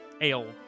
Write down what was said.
ale